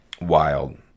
wild